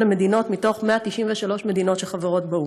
מדינות מתוך 193 מדינות שחברות באו"ם.